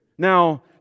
Now